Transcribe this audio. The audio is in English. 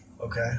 okay